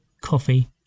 coffee